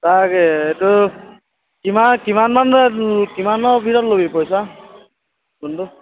তাকে এইটো কিমান মান কিমান মানৰ ভিতৰত ল'বি পইচা কোনটো